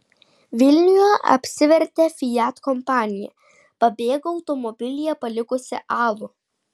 vilniuje apsivertė fiat kompanija pabėgo automobilyje palikusi alų